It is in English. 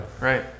right